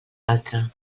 altre